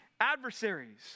adversaries